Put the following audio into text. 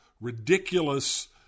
ridiculous